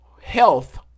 Health